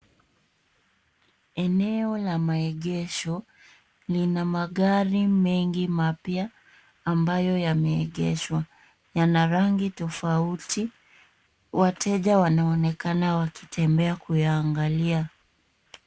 Eneo la maegesho lina magari mengi mapya ambayo yameegeshwa. Yana rangi tofauti. Wateja wanaonekana wakitembea kuyaangalia.